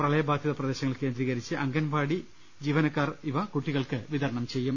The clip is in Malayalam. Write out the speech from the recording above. പ്രളയബാധിത പ്രദേശങ്ങൾ കേന്ദ്രീകരിച്ച് അംഗൻവാടി ജീവനക്കാർ ഇവ കുട്ടികൾക്ക് വിതരണം ചെയ്യും